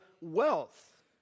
wealth